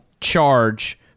charge